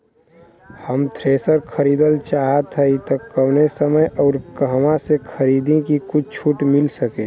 हम थ्रेसर खरीदल चाहत हइं त कवने समय अउर कहवा से खरीदी की कुछ छूट मिल सके?